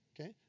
Okay